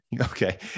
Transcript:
Okay